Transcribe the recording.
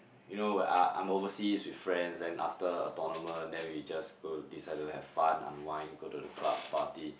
you know I I'm overseas with friends then after a tournament then we just go decide to have fun unwind go the club party